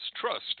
trust